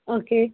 okay